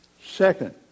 Second